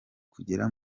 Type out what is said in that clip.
kugera